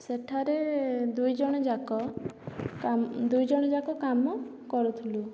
ସେଠାରେ ଦୁଇଜଣଯାକ କାମ ଦୁଇଜଣଯାକ କାମ କରୁଥିଲୁ